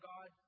God